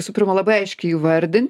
visų pirma labai aiškiai įvardinti